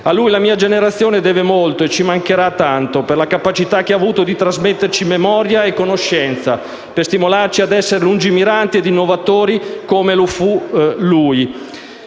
A lui la mia generazione deve molto e ci mancherà tanto, per la capacità che ha avuto di trasmettere memoria e conoscenza, per stimolarci a essere lungimiranti e innovatori come lo fu lui.